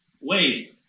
Ways